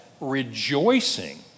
rejoicing